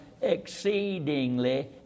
exceedingly